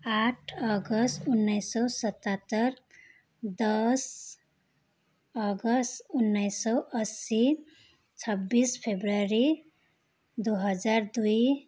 आठ अगस्ट उन्नाइस सौ सतहत्तर दस अगस्ट उन्नाइस सौ असी छब्बिस फेब्रुअरी दो हजार दुई